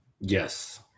Yes